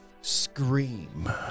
scream